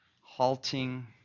halting